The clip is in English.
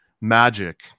Magic